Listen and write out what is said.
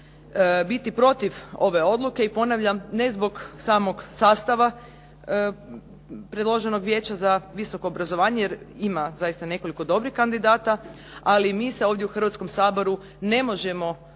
biti protiv ove odluke. I ponavljam, ne zbog samog sastava predloženog Vijeća za visoko obrazovanje jer ima zaista nekoliko dobrih kandidata ali mi se ovdje u Hrvatskom saboru ne možemo pozivati